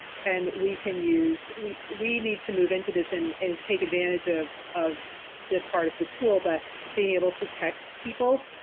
and we can use, we we need to move into this and and take advantage of of this part of the tool but being able to text people,